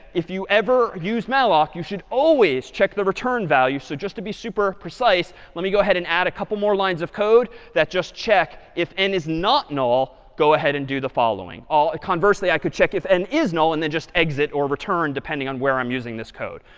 if you ever use malloc, you should always check the return value. so just to be super precise, let me go ahead and add a couple more lines of code that just check if n is not null, go ahead and do the following. ah conversely, i could check if n is null and then just exit or return depending on where i'm using this code.